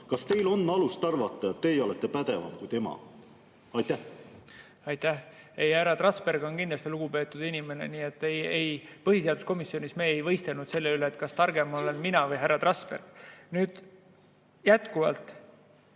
Kas teil on alust arvata, et teie olete pädevam kui tema? Aitäh! Härra Trasberg on kindlasti lugupeetud inimene. Aga ei, põhiseaduskomisjonis me ei võistelnud selle üle, kas targem olen mina või härra Trasberg. Nüüd, veel